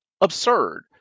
absurd